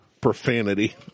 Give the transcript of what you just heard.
Profanity